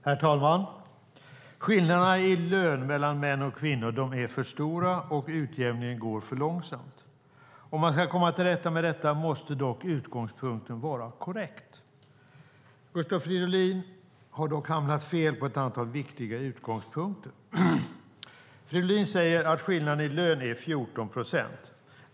Herr talman! Skillnaderna i lön mellan män och kvinnor är för stora och utjämningen går för långsamt. Om man ska komma till rätta med detta måste utgångspunkten vara korrekt. Gustav Fridolin har dock hamnat fel på ett antal viktiga punkter. Fridolin säger att skillnaden i lön är 14 procent.